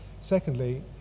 Secondly